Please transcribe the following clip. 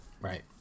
right